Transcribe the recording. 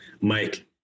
Mike